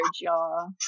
y'all